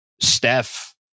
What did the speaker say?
Steph